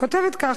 כותבת כך: